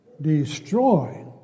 destroy